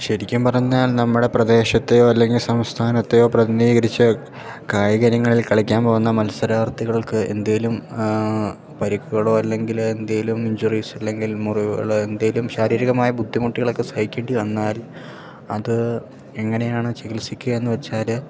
ശരിക്കും പറഞ്ഞാൽ നമ്മുടെ പ്രദേശത്തെയോ അല്ലെങ്കിൽ സംസ്ഥാനത്തെയോ പ്രതിനിധീകരിച്ച് കായിക ഇനങ്ങളിൽ കളിക്കാൻ പോകുന്ന മത്സരാർത്ഥികൾക്ക് എന്തെങ്കിലും പരിക്കുകളോ അല്ലെങ്കിൽ എന്തെങ്കിലും ഇഞ്ചുറീസ് അല്ലെങ്കിൽ മുറിവുകൾ എന്തെങ്കിലും ശാരീരികമായ ബുദ്ധിമുട്ടുകളൊക്കെ സഹിക്കേണ്ടി വന്നാൽ അത് എങ്ങനെയാണ് ചികിത്സിക്കുക എന്നു വെച്ചാൽ